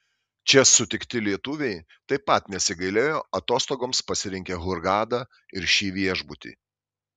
čia sutikti lietuviai taip pat nesigailėjo atostogoms pasirinkę hurgadą ir šį viešbutį